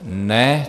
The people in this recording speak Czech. Ne.